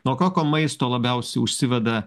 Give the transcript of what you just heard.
nuo kokio maisto labiausiai užsiveda